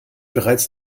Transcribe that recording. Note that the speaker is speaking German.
bereits